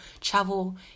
travel